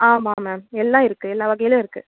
ஆமாம் மேம் எல்லாம் இருக்குது எல்லா வகையிலும் இருக்குது